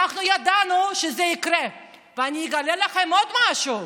אנחנו ידענו שזה יקרה, ואני אגלה לכם עוד משהו: